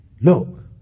look